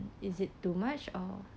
is it too much or